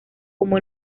como